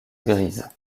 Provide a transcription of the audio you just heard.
grise